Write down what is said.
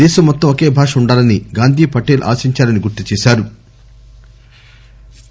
దేశం మొత్తం ఒకే భాష వుండాలని గాంధీ పటేల్ ఆశించారని గుర్తు చేశారు